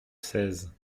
seize